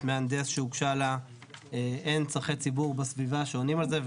מהנדס שהוגשה לה אין צורכי ציבור בסביבה שעונים על זה,